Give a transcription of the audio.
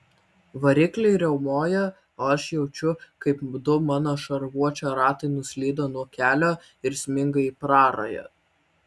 varikliai riaumoja o aš jaučiu kaip du mano šarvuočio ratai nuslydo nuo kelio ir sminga į prarają